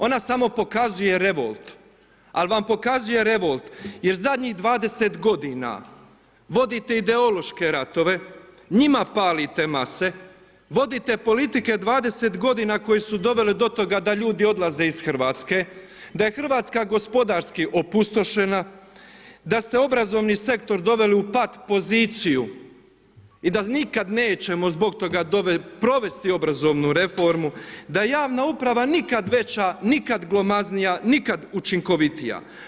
Ona samo pokazuje revolt, ali vam pokazuje revolt jer zadnjih 20 godina vodite ideološke ratove, njima palite mase, vodite politike 20 godina koje su doveli do toga da ljudi odlaze iz Hrvatske, da je Hrvatska gospodarski opustošena, da ste obrazovni sektor doveli u pat poziciju i da nikada nećemo zbog toga provesti obrazovnu reformu, da javna uprava nikada veća, nikad glomaznija, nikad učinkovitija.